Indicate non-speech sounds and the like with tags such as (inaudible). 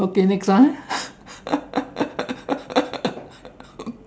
okay next one (laughs)